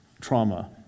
Trauma